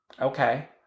Okay